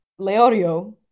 Leorio